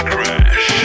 Crash